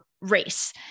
race